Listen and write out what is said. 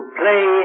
play